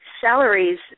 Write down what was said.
salaries